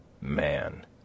man